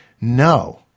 No